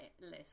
list